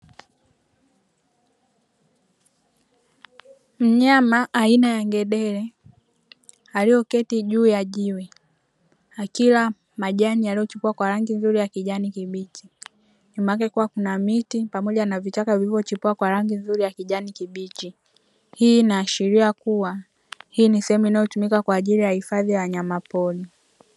Mnyama aina ya ngedere aliyoketi juu ya jiwe akila majani yaliyochipua kwa rangi nzuri ya kijani kibichi, nyuma yake kukiwa kuna miti pamoja na vichaka vilivyochipua kwa rangi nzuri ya rangi ya kijani kibichi. Hii inaashiria kuwa hii ni sehemu inayotumika kwa ajili ya hifadhi ya wanyamapori.